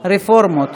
לרפורמות.